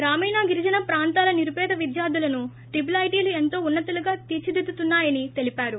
గ్రామీణ గిరిజన ప్రాంతాల నిరుపేద విద్భార్దులను ట్రిపుల్ ఐటీలు ఎంతో ఉన్న తులుగా తీర్చదిద్దుతున్నాయని తెలిపారు